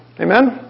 Amen